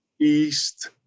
East